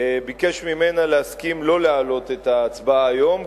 ביקש ממנה להסכים לא להעלות את ההצעה היום,